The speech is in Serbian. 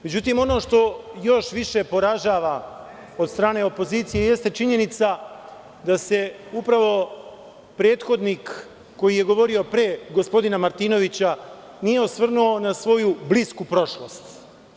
Međutim, ono što još više poražava od strane opozicije jeste činjenica da se upravo prethodnik koji je govorio pre gospodina Martinovića nije osvrnuo na svoju blisku prošlost.